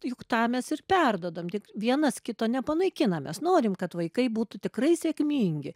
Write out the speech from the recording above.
juk tą mes ir perduodam tik vienas kito nepanaikinam mes norim kad vaikai būtų tikrai sėkmingi